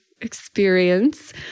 experience